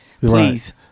please